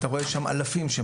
יש בציון אלפים של מתפללים.